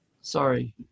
Sorry